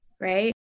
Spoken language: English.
right